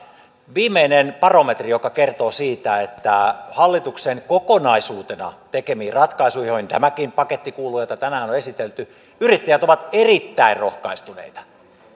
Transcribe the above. viimeinen barometri kertoo siitä että hallituksen kokonaisuutena tekemiin ratkaisuihin joihin tämäkin paketti kuuluu jota tänään on on esitelty yrittäjät ovat erittäin rohkaistuneita